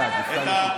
משפט, משפט לסיכום.